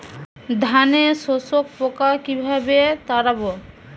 ধানে শোষক পোকা কিভাবে তাড়াব?